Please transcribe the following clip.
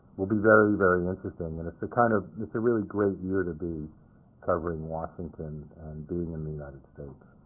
will be very, very interesting. and it's the kind of it's a really great year to be covering washington and being in the united states.